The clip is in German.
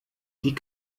die